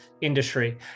industry